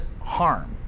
harm